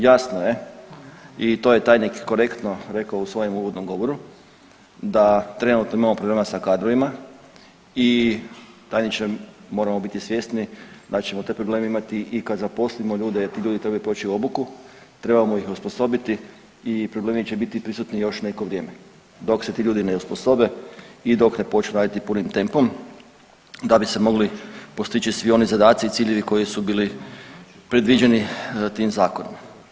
Jasno je i to je tajnik korektno rekao u svojem uvodnom govoru da trenutno imamo problema sa kadrovima i tajniče moramo biti svjesni da ćemo te probleme imati i kad zaposlimo ljude, jer ti ljudi trebaju proći obuku, trebamo ih osposobiti i problemi će biti prisutni još neko vrijeme dok se ti ljudi ne osposobe i dok ne počnu raditi punim tempom da bi se mogli postići svi oni zadaci i ciljevi koji su bili predviđeni tim zakonom.